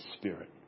Spirit